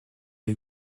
est